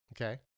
Okay